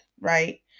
right